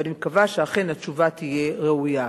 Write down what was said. ואני מקווה שאכן התשובה תהיה ראויה.